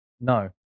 No